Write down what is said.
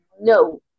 No